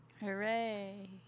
Hooray